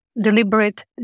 deliberate